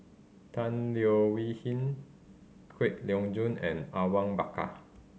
Tan Leo Wee Hin Kwek Loeng Joon and Awang Bakar